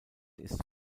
ist